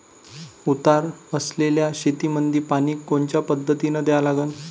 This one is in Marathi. उतार असलेल्या शेतामंदी पानी कोनच्या पद्धतीने द्या लागन?